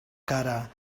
cara